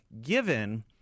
given